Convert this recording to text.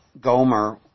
Gomer